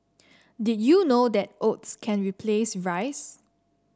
did you know that oats can replace rice